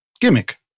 gimmick